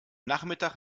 nachmittag